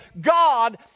God